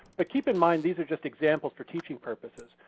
but keep in mind these are just examples for teaching purposes.